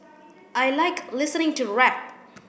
I like listening to rap